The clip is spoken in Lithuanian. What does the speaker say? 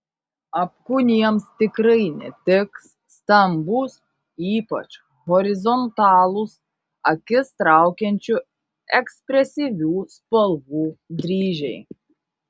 apkūniems tikrai netiks stambūs ypač horizontalūs akis traukiančių ekspresyvių spalvų dryžiai